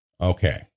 Okay